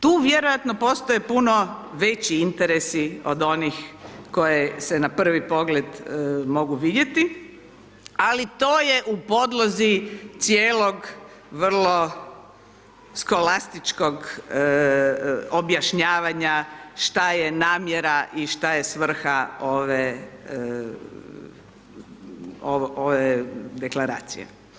Tu vjerojatno postoji puno veći interesi od onih koje se na prvi pogled mogu vidjeti ali to je u podlozi cijelog vrlo skolastičkog objašnjavanja šta je namjera i šta je svrha ove deklaracije.